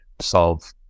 solve